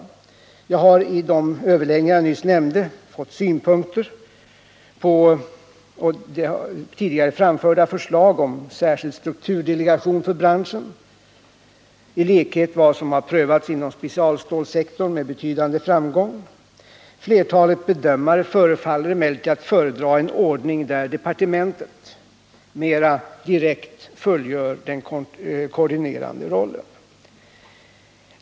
Jag har i de nyss nämnda överläggningarna fått synpunkter på tidigare framförda förslag om en särskild strukturdelegation för branschen. i likhet med vad som med betydande framgång har prövats inom specialstälssektorn. Flertalet bedömare förefaller att föredra en ordning där departementet mera direkt fullgör den koordinerande rollen.